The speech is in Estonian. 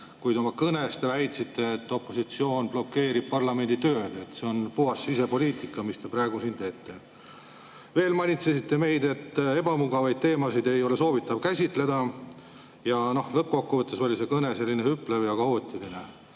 Ja oma kõnes te väitsite, et opositsioon blokeerib parlamendi tööd. See on puhas sisepoliitika, mis te praegu siin teete. Veel manitsesite meid, et ebamugavaid teemasid ei ole soovitatav käsitleda. Lõppkokkuvõttes oli see kõne selline hüplev ja kaootiline.